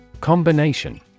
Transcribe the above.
Combination